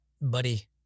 buddy